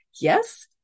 yes